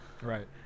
Right